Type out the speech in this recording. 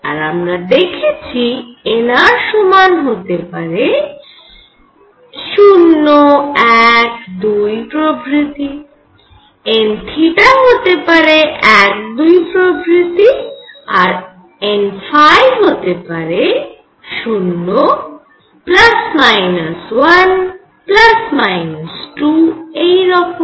আর আমরা দেখেছি nr সমান হতে পারে 0 1 2 প্রভৃতি n হতে পারে 1 2 প্রভৃতি আর nহতে পারে 0 ± 1± 2 এই রকম